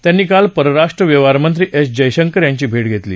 त्यांनी काल परराष्ट्र व्यवहारमंत्री एस जयशंकर यांची भेट घेतली